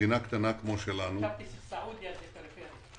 במדינה קטנה כמו שלנו --- חשבתי שסעודיה זה פריפריה.